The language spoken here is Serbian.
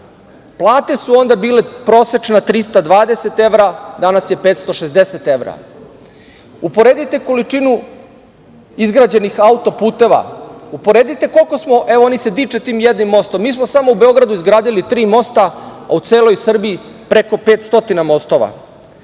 plate su onda bile prosečno 320 evra, danas je 560 evra. Uporedite količinu izgrađenih auto-puteva, uporedite koliko smo, evo oni se diče tim jednim mostom, mi smo samo u Beogradu izgradili tri mosta, a u celoj Srbiji preko 500